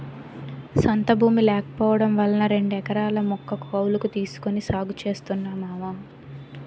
సొంత భూమి లేకపోవడం వలన రెండెకరాల ముక్క కౌలకు తీసుకొని సాగు చేస్తున్నా మావా